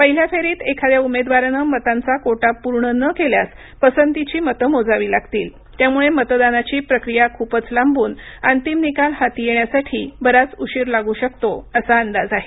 पहिल्या फेरीत एखाद्या उमेदवाराने मतांचा कोटा पूर्ण न केल्यास पसंतीची मते मोजावी लागतील त्यामुळे मतदानाची प्रक्रिया खूपच लांबून अंतिम निकाल हाती येण्यासाठी बराच उशीर लागू शकतो असा प अंदाज आहे